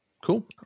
cool